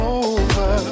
over